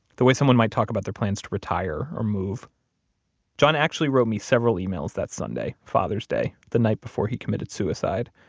the way someone might talk about their plans to retire or move john actually wrote me several emails that sunday, father's day, the night before he committed suicide.